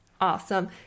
awesome